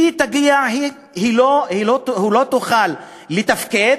היא לא תוכל לתפקד,